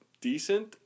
decent